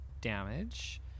damage